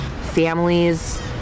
Families